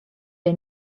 gie